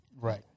Right